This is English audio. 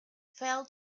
fell